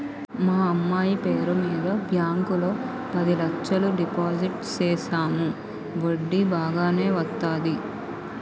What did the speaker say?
మా అమ్మాయి పేరు మీద బ్యాంకు లో పది లచ్చలు డిపోజిట్ సేసాము వడ్డీ బాగానే వత్తాది